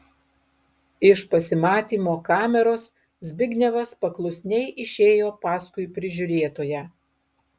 iš pasimatymo kameros zbignevas paklusniai išėjo paskui prižiūrėtoją